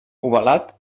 ovalat